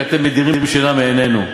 כי אתם מדירים שינה מעינינו.